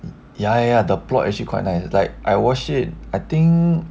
ya ya ya the plot actually quite nice like I watch it I think